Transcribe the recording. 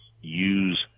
use